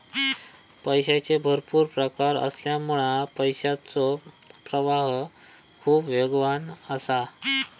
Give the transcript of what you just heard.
पैशाचे भरपुर प्रकार असल्यामुळा पैशाचो प्रवाह खूप वेगवान असा